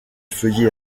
feuillets